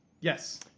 Yes